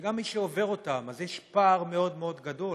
וגם מי שעובר אותם, יש פער מאוד גדול